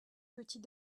petit